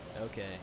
Okay